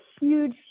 huge